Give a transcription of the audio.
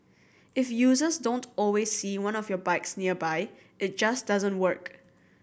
if users don't always see one of your bikes nearby it just doesn't work